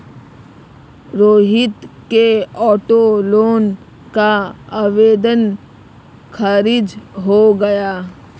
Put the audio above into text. रोहित के auto loan का आवेदन खारिज हो गया